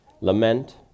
Lament